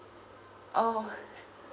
oh